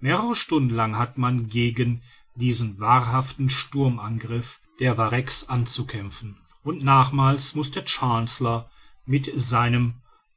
mehrere stunden lang hat man gegen diesen wahrhaften sturmangriff der varecs anzukämpfen und nachmals muß der chancellor mit seinem